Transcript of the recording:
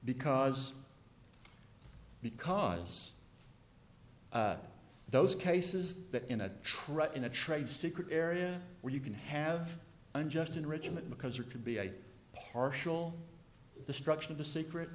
because because of those cases that in a trial in a trade secret area where you can have unjust enrichment because there could be a partial destruction of the secret